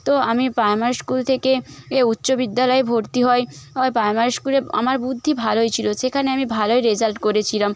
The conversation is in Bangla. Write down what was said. তো আমি প্রাইমারি স্কুল থেকে এ উচ্চ বিদ্যালয়ে ভর্তি হই ওই প্রাইমারি স্কুলে আমার বুদ্ধি ভালোই ছিলো সেখানে আমি ভালোই রেজাল্ট করেছিলাম